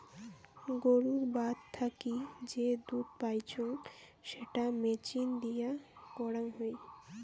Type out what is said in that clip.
গুরুর বাত থাকি যে দুধ পাইচুঙ সেটা মেচিন দিয়ে করাং হই